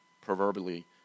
proverbially